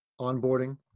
onboarding